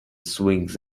swings